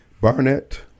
Barnett